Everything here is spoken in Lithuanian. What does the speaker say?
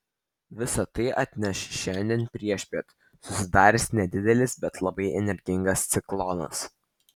visa tai atneš šiandien priešpiet susidaręs nedidelis bet labai energingas ciklonas